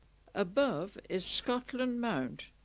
above is scotland mount,